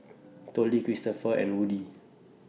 Tollie Christoper and Woody